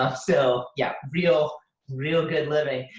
um so, yeah, real real good living.